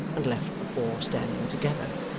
and left the four standing together.